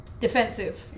defensive